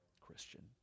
Christian